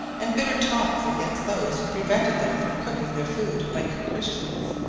and bitter taunts against those who prevented them from cooking their food like christians.